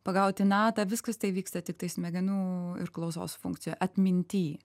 pagauti natą viskas tai vyksta tiktai smegenų ir klausos funkcijų atminty